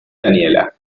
daniela